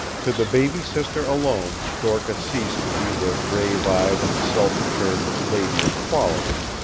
to the baby sister alone dorcas ceased to be the grave-eyed and self-assured lady of quality,